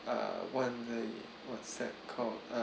uh one what's that called uh